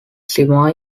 sima